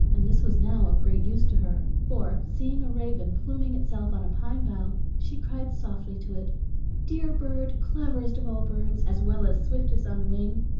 and this was now of great use to her, for, seeing a raven pluming itself on a pine bough, she cried softly to it dear bird, cleverest of all birds, as well as swiftest on wing,